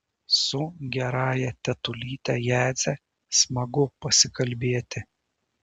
su gerąja tetulyte jadze smagu pasikalbėti